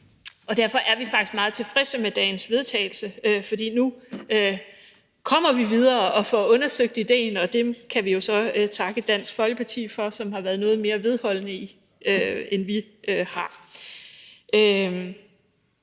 Og derfor er vi også meget tilfredse med dagens forslag til vedtagelse, fordi vi nu kommer videre og får undersøgt ideen, og det kan vi jo så takke Dansk Folkeparti for, som har været noget mere vedholdende, end vi har.